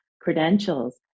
credentials